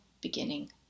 beginning